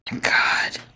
God